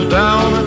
down